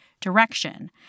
direction